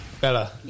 Bella